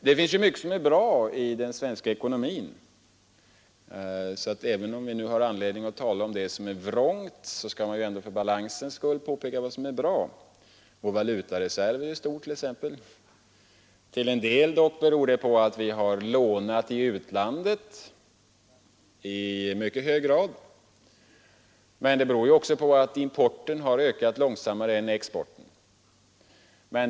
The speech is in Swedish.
Det finns mycket som är bra i den svenska ekonomin och därför skall vi, även om vi nu har anledning att tala om det som är vrångt, för balansens skull påpeka också det som är bra. Vår valutareserv är t.ex. stor. Detta beror dock till en del på att vi i mycket hög grad har lånat i utlandet, men det beror också på att importen har ökat långsammare än exporten.